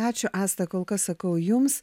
ačiū asta kol kas sakau jums